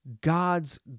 God's